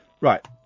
Right